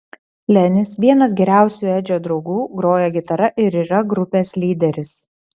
lenis vienas geriausių edžio draugų groja gitara ir yra grupės lyderis